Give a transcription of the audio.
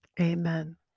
Amen